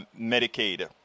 Medicaid